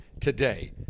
today